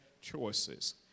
choices